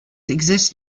exist